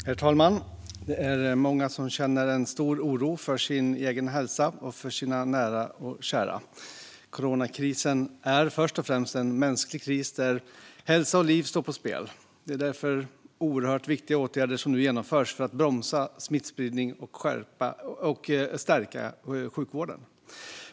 Herr talman! Det är många som känner stor oro för sin egen hälsa och för sina nära och kära. Coronakrisen är först och främst en mänsklig kris där hälsa och liv står på spel. Det är därför oerhört viktiga åtgärder som nu genomförs för att bromsa smittspridning och stärka sjukvården.